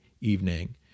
evening